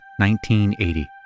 1980